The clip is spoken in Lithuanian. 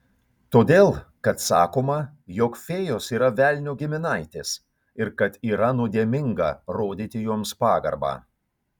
todėl kad sakoma jog fėjos yra velnio giminaitės ir kad yra nuodėminga rodyti joms pagarbą